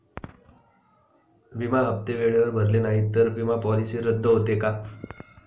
विमा हप्ते वेळेवर भरले नाहीत, तर विमा पॉलिसी रद्द होते का?